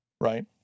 right